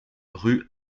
rue